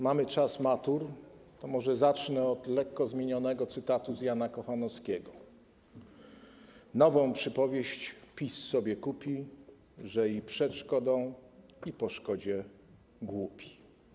Mamy czas matur, to może zacznę od lekko zmienionego cytatu z Jana Kochanowskiego: ˝Nową przypowieść PiS sobie kupi, / że i przed szkodą, i po szkodzie głupi˝